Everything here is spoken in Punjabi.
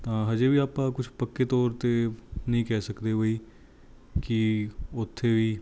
ਤਾਂ ਹਾਲੇ ਵੀ ਆਪਾਂ ਕੁਛ ਪੱਕੇ ਤੌਰ 'ਤੇ ਨਹੀਂ ਕਹਿ ਸਕਦੇ ਬਈ ਕਿ ਓਥੇ ਵੀ